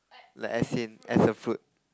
like as in as a fruit